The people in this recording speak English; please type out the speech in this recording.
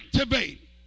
activate